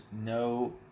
no